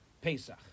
Pesach